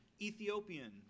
Ethiopian